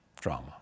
drama